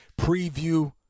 preview